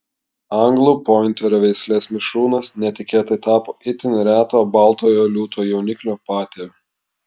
anglų pointerio veislės mišrūnas netikėtai tapo itin reto baltojo liūto jauniklio patėviu